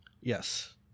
Yes